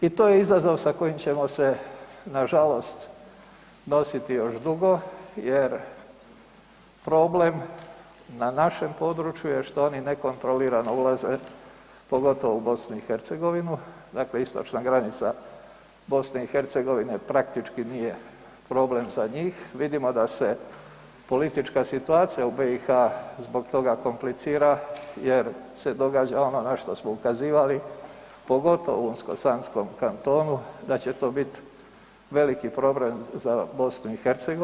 I to je izazov sa kojim ćemo se nažalost nositi još dugo jer problem na našem području je što oni nekontrolirano ulaze pogotovo u BiH, dakle istočna granica BiH-a praktički nije problem za njih, vidimo da se politička situacija u BiH-u zbog toga komplicira jer se događa ono na što smo ukazivali, pogotovo u unsko-sanskom kantonu, da će to bit veliki problem za BiH.